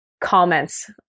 comments